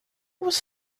was